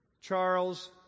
Charles